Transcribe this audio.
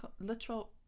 literal